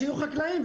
שיהיו חקלאים,